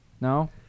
No